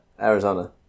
Arizona